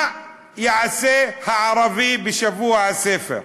מה יעשה הערבי בשבוע הספר?